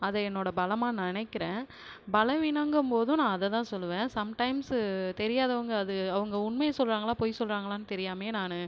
அதை என்னோடய பலமாக நினைக்குறேன் பலவீனங்கும் போதும் நான் அதைதான் சொல்லுவேன் சம்டைம்ஸ் தெரியாதவங்க அது அவங்க உண்மையை சொல்கிறாங்களா பொய் சொல்கிறாங்களான்னு தெரியாமலேயே நானு